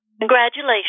Congratulations